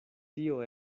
tio